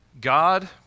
God